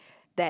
that